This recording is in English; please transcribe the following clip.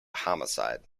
homicide